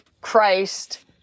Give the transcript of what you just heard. Christ